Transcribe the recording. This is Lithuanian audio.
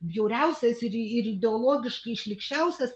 bjauriausias ir ir ideologiškai šlykščiausias